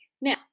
Now